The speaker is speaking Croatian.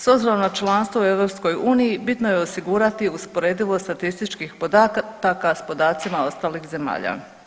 S obzirom na članstvo u EU bitno je osigurati usporedivost statističkih podataka s podacima ostalih zemalja.